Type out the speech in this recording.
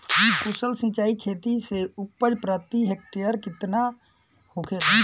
कुशल सिंचाई खेती से उपज प्रति हेक्टेयर केतना होखेला?